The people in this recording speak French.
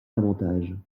d’avantages